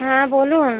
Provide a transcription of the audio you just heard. হ্যাঁ বলুন